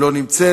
לא נמצאת,